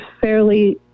fairly